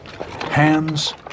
Hands